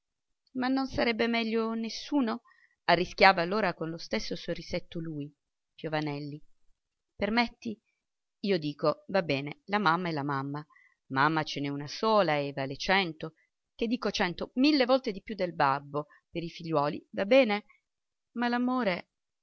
ma non sarebbe meglio nessuno arrischiava allora con lo stesso sorrisetto lui piovanelli permetti io dico va bene la mamma è mamma mamma ce n'è una sola e vale cento che dico cento mille volte più del babbo per i figliuoli va bene ma